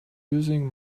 using